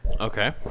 Okay